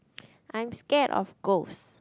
I'm scared of ghosts